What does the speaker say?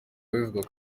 bivugwa